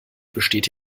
besteht